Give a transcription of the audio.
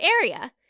area